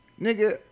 Nigga